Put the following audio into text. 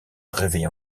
réveillé